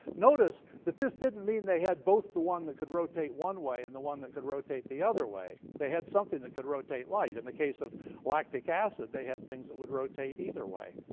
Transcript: notice that this didn't mean they had both the one that could rotate one way and the one that could rotate the other way. they had something that could rotate light. in and the case of lactic acid they had things that would rotate either way.